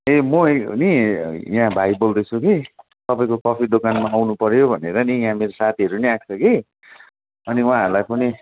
ए म नि यहाँ भाइ बोल्दै छु कि तपाईँको कफी दोकानमा आउनु पऱ्यो भनेर नि यहाँ मेरो साथीहरू नि आएको छ कि अनि उहाँहरूलाई पनि